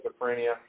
schizophrenia